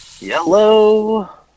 Yellow